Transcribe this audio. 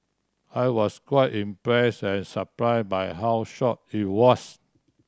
I was quite impress and surprise by how short it was